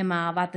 והם אהבת ישראל,